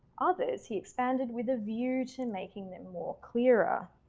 others he expanded with a view to and making them more clearer.